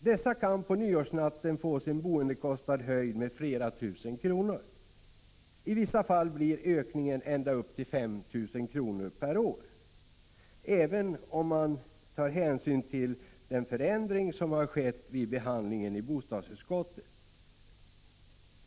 Dessa kan på nyårsnatten få sin boendekostnad höjd med flera tusen kronor. I vissa fall blir ökningen ända upp till 5 000 kr. per år, även om man tar hänsyn till den förändring som har skett vid behandlingen i bostadsutskottet.